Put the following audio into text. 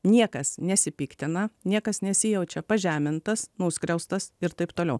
niekas nesipiktina niekas nesijaučia pažemintas nuskriaustas ir taip toliau